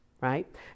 right